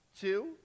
two